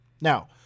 Now